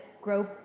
grow